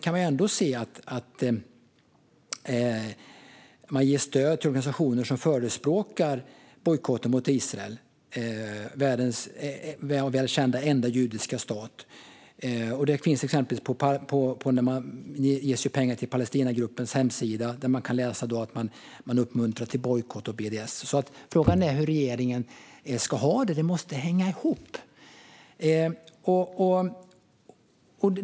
Ändå ger man stöd till organisationer som förespråkar bojkotter mot Israel, och det är väl känt att Israel är världens enda judiska stat. Ett exempel är att det ges pengar till Palestinagruppernas hemsida, där det uppmuntras till bojkott och BDS. Frågan är hur regeringen ska ha det. Detta måste hänga ihop.